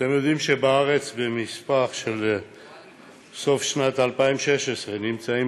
אתם יודעים שבארץ, במספר של סוף שנת 2016, נמצאים